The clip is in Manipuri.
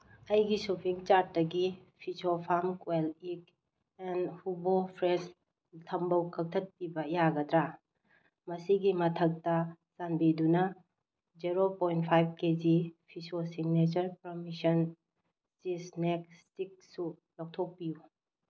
ꯑꯩꯒꯤ ꯁꯣꯞꯄꯤꯡ ꯆꯥꯔꯠꯇꯒꯤ ꯐꯤꯖꯣ ꯐꯥꯝ ꯀꯣꯏꯜ ꯏꯛ ꯑꯦꯟ ꯍꯨꯕꯣ ꯐ꯭ꯔꯦꯁ ꯊꯝꯕꯧ ꯀꯛꯊꯠꯄꯤꯕ ꯌꯥꯒꯗ꯭ꯔꯥ ꯃꯁꯤꯒꯤ ꯃꯊꯛꯇ ꯆꯥꯟꯕꯤꯗꯨꯅ ꯖꯦꯔꯣ ꯄꯣꯏꯟ ꯐꯥꯏꯚ ꯀꯦꯖꯤ ꯐꯤꯁꯣ ꯁꯤꯛꯅꯦꯆꯔ ꯄꯔꯃꯤꯁꯟ ꯆꯤꯁ ꯏꯁꯅꯦꯛ ꯏꯁꯇꯤꯛꯁꯨ ꯂꯧꯊꯣꯛꯄꯤꯌꯨ